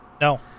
No